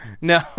no